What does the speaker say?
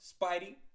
Spidey